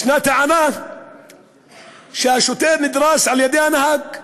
יש טענה שהשוטר נדרס על-ידי הנהג.